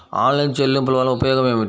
Online చెల్లింపుల వల్ల ఉపయోగమేమిటీ?